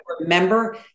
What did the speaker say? remember